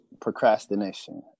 procrastination